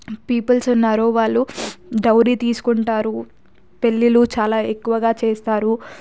people ఉన్నారో వాళ్ళు dowry తీసుకుంటారు పెళ్ళిళ్ళు చాలా ఎక్కువగా చేస్తారు